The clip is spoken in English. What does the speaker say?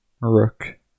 Rook